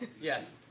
Yes